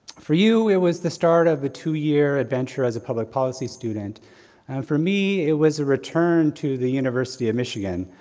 for you, it was the start of the two year adventure as a public policy student, and for me, it was a return to the university of michigan,